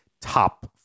top